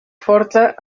forta